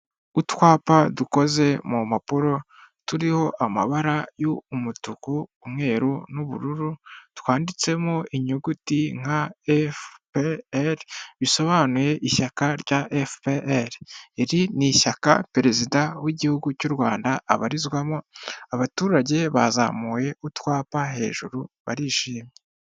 Utwapa dukoze mu mpapuro turiho amabara y'umutuku, umweru n'ubururu twanditsemo inyuguti nka efuperi, bisobanuye ishyaka rya efuperi iri ni ishyaka perezida w'igihugu cy'u Rwanda abarizwamo, abaturage bazamuye utwapa hejuru barishimye.